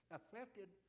affected